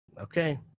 okay